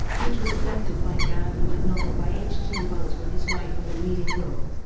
which was adapted by gow from the novel by h. g. wells with his wife in the leading role.